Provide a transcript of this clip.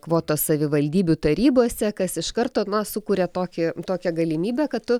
kvotos savivaldybių tarybose kas iš karto sukuria tokį tokią galimybę kad tu